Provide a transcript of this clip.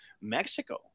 Mexico